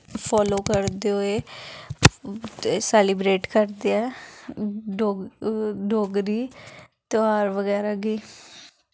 follow करदे होए celebrate करदे ऐ डोगरी डोगरी तेहार बगैरा गी